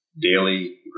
daily